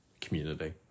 community